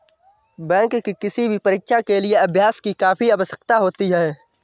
bank की किसी भी परीक्षा के लिए अभ्यास की काफी आवश्यकता होती है